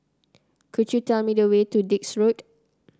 could you tell me the way to Dix Road